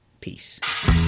Peace